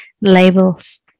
Labels